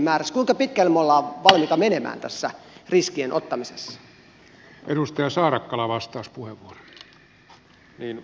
kuinka pitkälle me olemme valmiita menemään tässä riskien ottamisessa